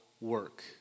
work